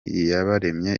iyaremye